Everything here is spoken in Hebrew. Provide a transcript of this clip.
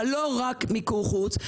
אבל לא רק מיקור חוץ.